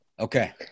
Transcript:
Okay